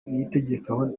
niyitegeka